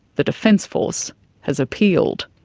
the defence force has appealed.